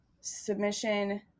submission